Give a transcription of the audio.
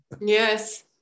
Yes